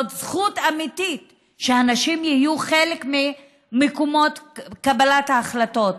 זאת זכות אמיתית שהנשים יהיו חלק ממקומות קבלת ההחלטות,